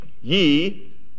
ye